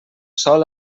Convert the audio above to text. sol